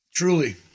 Truly